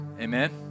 Amen